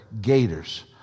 gators